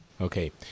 Okay